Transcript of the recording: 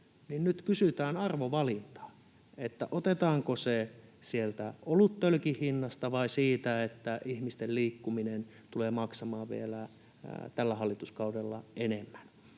Nyt kysytään arvovalintaa, otetaanko se sieltä oluttölkin hinnasta vai siitä, että ihmisten liikkuminen tulee maksamaan vielä tällä hallituskaudella enemmän.